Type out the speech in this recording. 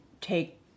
take